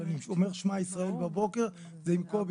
וכשאני אומר "שמע ישראל" בבוקר זה עם קובי,